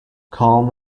calm